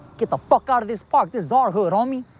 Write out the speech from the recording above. get the fuck out of this park. this is our hood, homie.